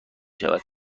شود